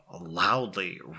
Loudly